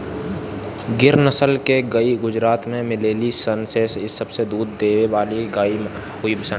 गिर नसल के गाई गुजरात में मिलेली सन इ सबसे अधिक दूध देवे वाला गाई हई सन